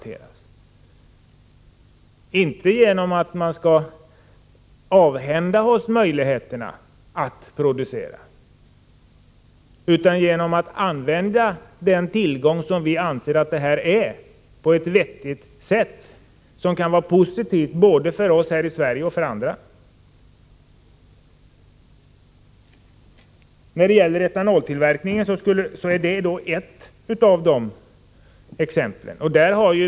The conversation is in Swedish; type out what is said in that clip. Vi menar att vi inte löser dem genom att avhända oss möjligheterna att producera, utan genom att på ett vettigt sätt använda den tillgång som vi anser att denna produktion utgör. Vi bör använda den tillgången på ett sätt som kan vara positivt både för oss här i Sverige och för andra. Vårt förslag när det gäller etanoltillverkningen är också ett exempel på hur vi vill lösa problemen.